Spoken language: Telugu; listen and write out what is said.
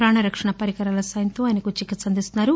ప్రాణరక్షణ పరికరాల సాయంతో ఆయనకు చికిత్స అందిస్తున్నారు